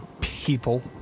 people